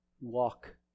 walk